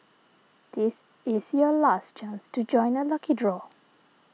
this is your last chance to join the lucky draw